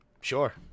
Sure